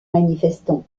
manifestants